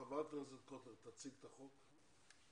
חברת הכנסת קוטלר תציג את החוק במליאה.